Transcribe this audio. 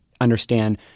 understand